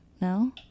no